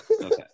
Okay